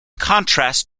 contrast